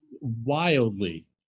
wildly